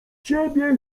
ciebie